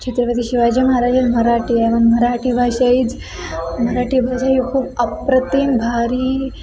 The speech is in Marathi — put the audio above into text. छत्रपती शिवाजी महाराजच मराठी आहे म्हणून मराठी भाषा ही मराठी भाषा ही खूप अप्रतिम भारी